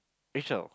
Michelle